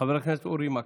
חבר הכנסת אורי מקלב.